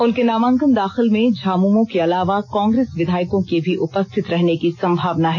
उनके नामांकन दाखिल में झामुमो के अलावा कांग्रेस विधायकों के भी उपस्थित रहने की संभावना है